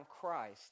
Christ